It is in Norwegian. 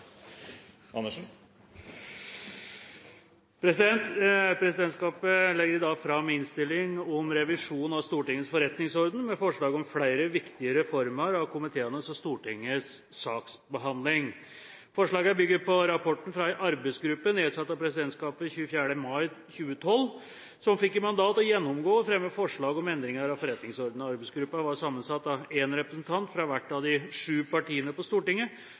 sete. Presidentskapet legger i dag fram innstilling om revisjon av Stortingets forretningsorden, med forslag om flere viktige reformer av komiteenes og Stortingets saksbehandling. Forslagene bygger på rapporten fra en arbeidsgruppe nedsatt av presidentskapet 24. mai 2012, som fikk i mandat å gjennomgå og fremme forslag om endringer av forretningsordenen. Arbeidsgruppen var sammensatt av én representant fra hvert av de sju partiene på Stortinget